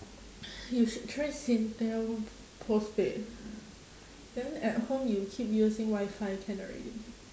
you should try singtel postpaid then at home you keep using wifi can already